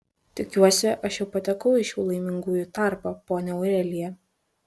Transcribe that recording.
tikiuosi aš jau patekau į šių laimingųjų tarpą ponia aurelija